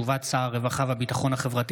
חובת הפקדת ערובה בהגשת ערר לבית